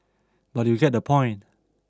but you get the point